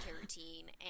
routine